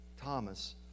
Thomas